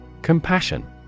Compassion